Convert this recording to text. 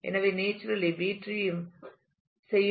எனவே naturally B tree செய்யும் அடிப்படை ஆப்டிமைசேஷன் இதுதானா